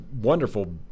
wonderful